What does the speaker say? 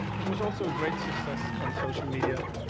it was also a great success on social media.